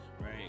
Right